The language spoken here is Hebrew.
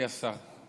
עמיתי השר,